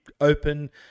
open